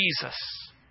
Jesus